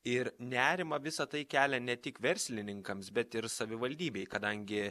ir nerimą visa tai kelia ne tik verslininkams bet ir savivaldybei kadangi